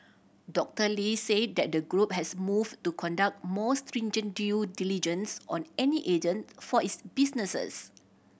Doctor Lee said that the group has move to conduct more stringent due diligence on any agents for its businesses